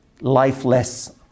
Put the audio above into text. lifeless